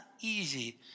easy